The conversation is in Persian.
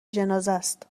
جنازهست